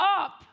up